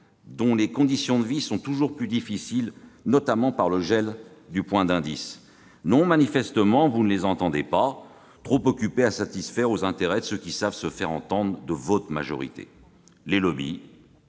dont les conditions de vie sont toujours plus difficiles, notamment en raison du gel du point d'indice ? Non, manifestement, vous ne les entendez et ne les voyez pas, car vous êtes trop occupés à satisfaire les intérêts de ceux qui savent se faire entendre de votre majorité : les lobbies,